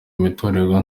imiturirwa